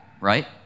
right